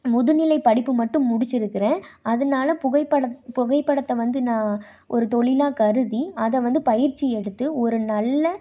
முதுநிலைப் படிப்பு மட்டும் முடிச்சிருக்கிறேன் அதனால புகைப்பட புகைப்படத்தை வந்து நான் ஒரு தொழிலாக கருதி அதை வந்து பயிற்சி எடுத்து ஒரு நல்ல